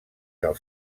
del